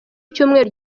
icyumweru